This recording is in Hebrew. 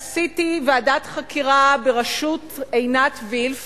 עשיתי ועדת חקירה בראשות עינת וילף